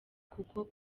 kuko